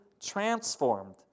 transformed